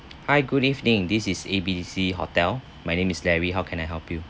hi good evening this is A B C hotel my name is larry how can I help you